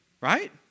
right